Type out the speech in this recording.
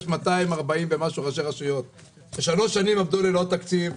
יש יותר מ-240 ראשי רשויות ששלוש שנים עבדו ללא תקציב,